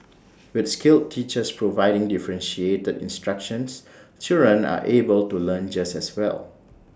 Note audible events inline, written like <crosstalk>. with skilled teachers providing differentiated instructions <noise> children are able to learn just as well